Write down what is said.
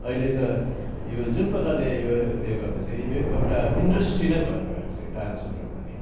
अहिले त यो जुन प्रकारले यो ऊ यो गर्दैछ यो एउटा इन्ड्रस्टी नै भएर गएको छ यो डान्सहरू पनि